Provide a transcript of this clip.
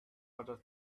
other